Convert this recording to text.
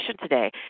today